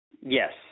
Yes